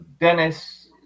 Dennis